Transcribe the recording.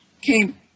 came